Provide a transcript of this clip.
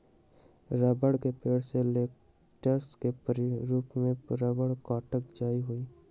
रबड़ के पेड़ से लेटेक्स के रूप में रबड़ काटल जा हई